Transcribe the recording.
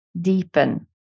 deepen